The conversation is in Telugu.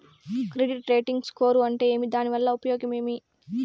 క్రెడిట్ రేటింగ్ స్కోరు అంటే ఏమి దాని వల్ల ఉపయోగం ఏమి?